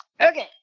Okay